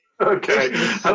Okay